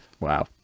wow